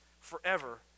forever